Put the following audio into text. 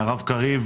באופן אקראי,